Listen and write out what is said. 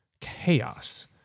chaos